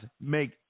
make